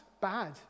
bad